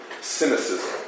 cynicism